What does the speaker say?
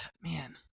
man